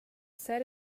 set